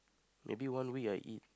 maybe one week I eat